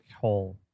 hole